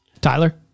Tyler